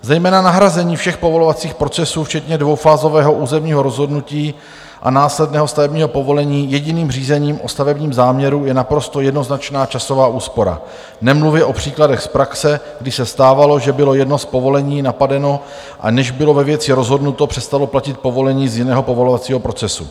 Zejména nahrazení všech povolovacích procesů včetně dvoufázového územního rozhodnutí a následného stavebního povolení jediným řízením o stavebním záměru je naprosto jednoznačná časová úspora, nemluvě o příkladech z praxe, kdy se stávalo, že bylo jedno z povolení napadeno, a než bylo ve věci rozhodnuto, přestalo platit povolení z jiného povolovacího procesu.